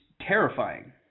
terrifying